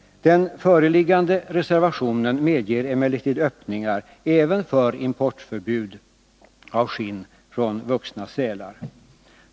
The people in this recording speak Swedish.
Den föreliggande reservationen medger emellertid öppningar även för importförbud när det gäller skinn från vuxna sälar.